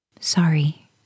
Sorry